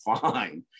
fine